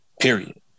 period